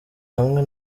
hamwe